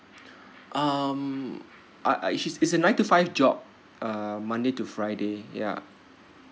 um uh she is in nine to five job err monday to friday yeah